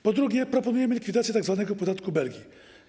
Po drugie, proponujemy likwidację tzw. podatku Belki.